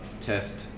test